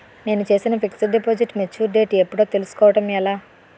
నేను చేసిన fixed deposit mature date ఎప్పుడో తెల్సుకోవడం ఎలా?